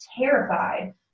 terrified